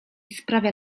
sprawia